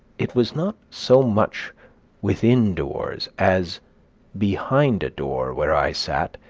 it was not so much within doors as behind a door where i sat,